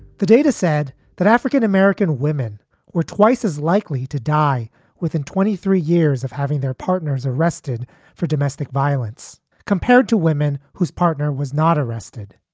the data said that african-american women were twice as likely to die within twenty three years of having their partners arrested for domestic violence compared to women whose partner was not arrested.